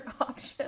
option